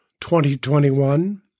2021